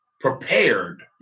prepared